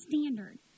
standard